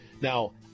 Now